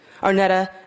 Arnetta